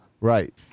right